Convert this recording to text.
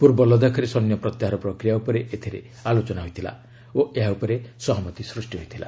ପୂର୍ବ ଲଦାଖରେ ସୈନ୍ୟ ପ୍ରତ୍ୟାହାର ପ୍ରକ୍ରିୟା ଉପରେ ଏଥିରେ ଆଲୋଚନା ହୋଇଥିଲା ଓ ଏହା ଉପରେ ସହମତି ସୃଷ୍ଟି ହୋଇଥିଲା